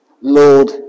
Lord